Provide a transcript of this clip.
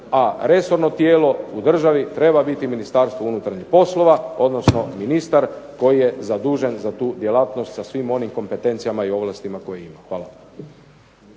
a resorno tijelo u državi treba biti Ministarstvo unutarnjih poslova, odnosno ministar koji je zadužen za tu djelatnost sa svim onim kompetencijama i ovlastima koje ima. Hvala.